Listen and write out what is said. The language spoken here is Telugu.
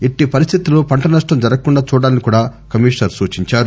ఎట్లి పరిస్తితుల్లో పంట నష్షం జరగకుండా చూడాలని కూడా కమిషనర్ సూచించారు